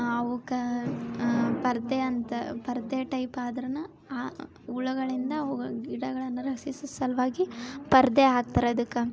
ಅವುಕ್ಕೆ ಪರದೆ ಅಂತ ಪರದೆ ಟೈಪ್ ಆದ್ರೂನೂ ಆ ಹುಳಗಳಿಂದ ಅವುಗ ಗಿಡಗಳನ್ನು ರಕ್ಷಿಸೋ ಸಲುವಾಗಿ ಪರದೆ ಹಾಕ್ತಾರದಕ್ಕೆ